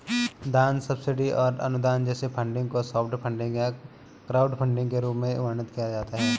दान सब्सिडी और अनुदान जैसे फंडिंग को सॉफ्ट फंडिंग या क्राउडफंडिंग के रूप में वर्णित किया गया है